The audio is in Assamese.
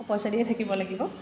অঁ পইচা দিয়ে থাকিব লাগিব